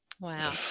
wow